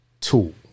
tool